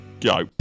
go